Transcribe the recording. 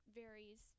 varies